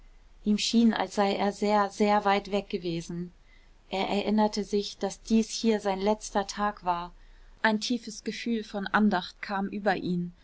ihm schien als sei er sehr sehr weit weg gewesen er erinnerte sich daß dies hier sein letzter tag war ein tiefes gefühl von andacht kam über ihn